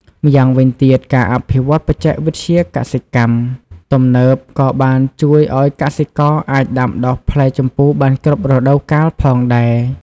ម្យ៉ាងវិញទៀត ការអភិវឌ្ឍន៍បច្ចេកវិទ្យាកសិកម្មទំនើបក៏បានជួយឱ្យកសិករអាចដាំដុះផ្លែជម្ពូបានគ្រប់រដូវកាលផងដែរ។